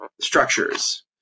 structures